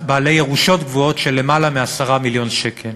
ירושות גדולות של למעלה מ-10 מיליון שקל.